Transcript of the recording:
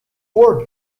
word